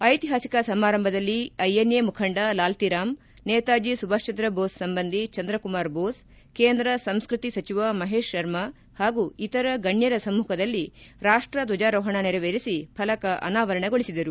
ಐತಿಹಾಸಿಕ ಸಮಾರಂಭದಲ್ಲಿ ಐಎನ್ಎ ಮುಖಂಡ ಲಾಲ್ತಿರಾಮ್ ನೇತಾಜಿ ಸುಭಾಷ್ ಚಂದ್ರ ಬೋಸ್ ಸಂಬಂಧಿ ಚಂದ್ರಕುಮಾರ್ ಬೋಸ್ ಕೇಂದ್ರ ಸಂಸ್ಕೃತಿ ಸಚಿವ ಮಹೇಶ್ ಶರ್ಮ ಹಾಗೂ ಇತರ ಗಣ್ಯರ ಸಮ್ಮಖದಲ್ಲಿ ರಾಷ್ಟ ಧ್ವಜಾರೋಹಣ ನೆರವೇರಿಸಿ ಫಲಕ ಅನಾವರಣಗೊಳಿಸಿದರು